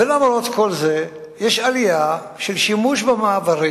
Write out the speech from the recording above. למרות כל זה יש עלייה בשימוש במעברים.